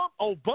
Obama